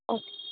okay